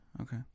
okay